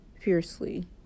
fiercely